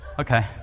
Okay